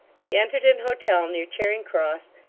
he entered an hotel near charing cross,